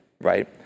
right